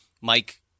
Mike